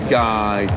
guy